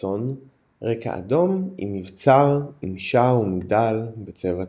באלכסון - רקע אדום עם מבצר עם שער ומגדל בצבע צהוב.